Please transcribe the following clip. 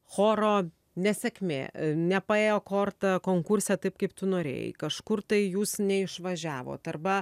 choro nesėkmė nepaėjo korta konkurse taip kaip tu norėjai kažkur tai jūs neišvažiavot arba